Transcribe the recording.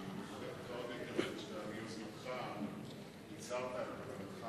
ואני מברך אותך עוד יותר על כך שאתה מיוזמתך הצהרת על כוונתך